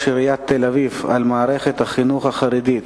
עיריית תל-אביב על מערכת החינוך החרדית,